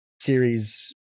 series